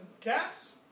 cats